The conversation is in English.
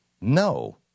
no